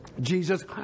Jesus